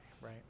Right